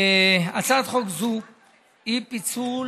הצעת חוק זו היא פיצול